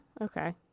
Okay